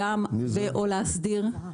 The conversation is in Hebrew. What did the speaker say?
או להסדיר אותה.